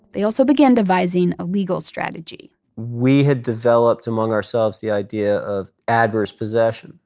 they also began devising a legal strategy we had developed among ourselves the idea of adverse possession.